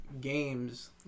games